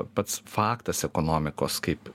pats faktas ekonomikos kaip